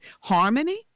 harmony